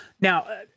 now